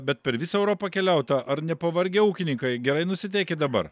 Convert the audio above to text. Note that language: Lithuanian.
bet per visą europą keliauta ar nepavargę ūkininkai gerai nusiteikę dabar